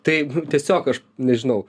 tai tiesiog aš nežinau